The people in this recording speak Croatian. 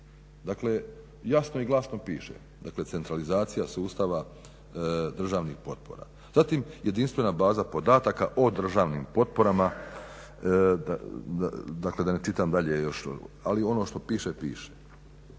Dakle, jasno i glasno piše centralizacija sustava državnih potpora. Zatim, jedinstvena baza podataka o državnim potporama, dakle da ne čitam dalje još ali ono što piše, piše.